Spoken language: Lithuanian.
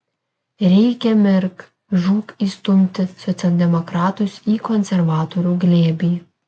reikia mirk žūk įstumti socialdemokratus į konservatorių glėbį